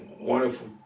wonderful